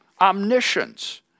omniscience